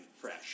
fresh